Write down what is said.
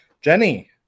Jenny